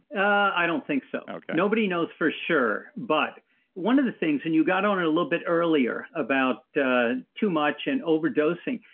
i don't think so okay nobody knows for sure, but one of the things, and you got on and a little bit earlier about too much in overdosing.